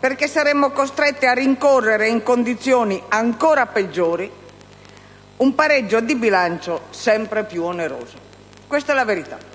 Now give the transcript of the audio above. perché saremo costretti a rincorrere in condizioni ancora peggiori un pareggio di bilancio sempre più oneroso. Questa è la verità,